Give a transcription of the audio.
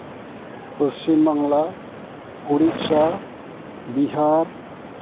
Paschimbangla Orissa Bihar